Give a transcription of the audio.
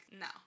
no